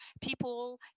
people